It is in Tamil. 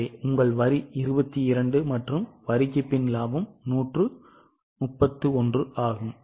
எனவே உங்கள் வரி 22 மற்றும் வரிக்குப் பின் லாபம் 131 ஆகும்